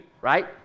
right